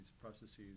processes